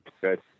good